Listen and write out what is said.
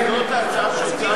זו ההצעה שהוצעה